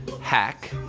hack